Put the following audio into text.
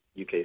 UK